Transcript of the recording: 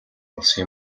болсон